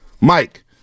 Mike